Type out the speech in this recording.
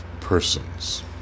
persons